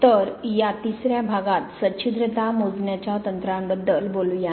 तर या तिसऱ्या भागात सच्छिद्रता मोजण्याच्या तंत्रांबद्दल बोलूया